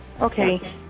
Okay